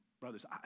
Brothers